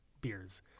beers